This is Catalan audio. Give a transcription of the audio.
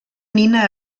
nina